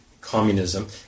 communism